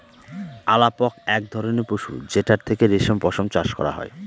আলাপক এক ধরনের পশু যেটার থেকে রেশম পশম চাষ করা হয়